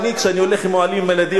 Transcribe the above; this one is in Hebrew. אני כשאני הולך עם אוהלים עם הילדים